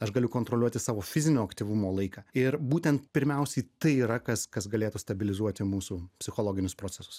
aš galiu kontroliuoti savo fizinio aktyvumo laiką ir būtent pirmiausiai tai yra kas kas galėtų stabilizuoti mūsų psichologinius procesus